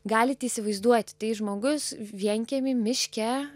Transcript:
galit įsivaizduoti tai žmogus vienkiemį miške